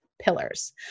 pillars